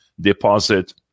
deposit